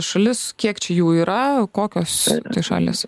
šalis kiek čia jų yra kokios šalys